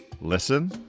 Listen